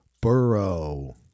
Burrow